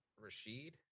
Rashid